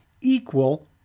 equal